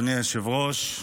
אדוני היושב-ראש.